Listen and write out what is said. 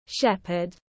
Shepherd